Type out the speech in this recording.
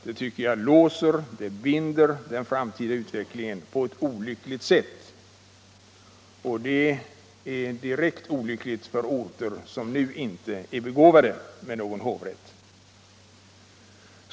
Det binder den framtida utvecklingen på ett olyckligt sätt. Det är direkt olyckligt för orter som nu inte är begåvade med någon hovrätt.